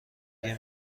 دیگه